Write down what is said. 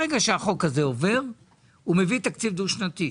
ברגע שהחוק הזה עובר הוא מביא תקציב דו שנתי,